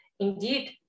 Indeed